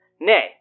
Nay